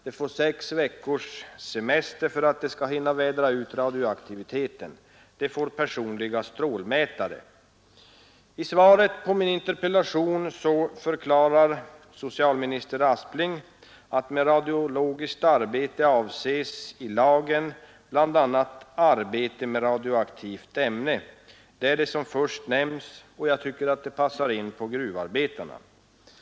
De får sex veckors semester för att de skall hinna vädra ut radioaktiviteten. De får personliga strålmätare. I svaret på min interpellation förklarar socialminister Aspling att med Nr 134 radiologiskt arbete avses i lagen bl.a. ”arbete med radioaktivt ämne”. Torsdagen den Det är det som först nämns, och jag tycker att det passar in på 7 december 1972 gruvarbetarna.